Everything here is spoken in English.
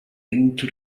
into